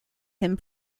him